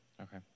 Okay